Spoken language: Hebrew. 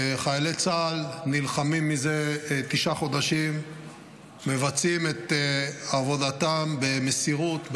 חיילי צה"ל נלחמים זה תשעה חודשים ומבצעים את עבודתם במסירות,